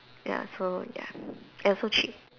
ya so ya and also cheap